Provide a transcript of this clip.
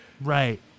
Right